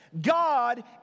God